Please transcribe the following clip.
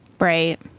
Right